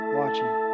watching